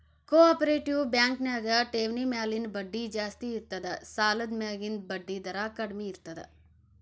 ಕೊ operative bank ನ್ಯಾಗ ಠೆವ್ಣಿ ಮ್ಯಾಲಿನ್ ಬಡ್ಡಿ ಜಾಸ್ತಿ ಇರ್ತದ ಸಾಲದ್ಮ್ಯಾಲಿನ್ ಬಡ್ಡಿದರ ಕಡ್ಮೇರ್ತದ